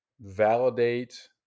validate